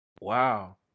Wow